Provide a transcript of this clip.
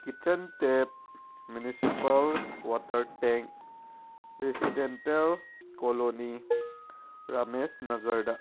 kitchen tap municipal water tank residential colony Rameshnagar